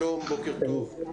שלום, בוקר טוב.